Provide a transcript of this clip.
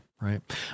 Right